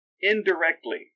indirectly